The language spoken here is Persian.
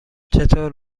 چطور